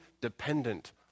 dependent